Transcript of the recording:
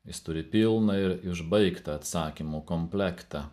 jis turi pilną ir išbaigtą atsakymų komplektą